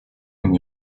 and